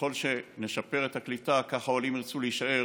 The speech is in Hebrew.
ככל שנשפר את הקליטה כך העולים ירצו להישאר,